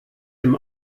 dem